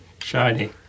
Shiny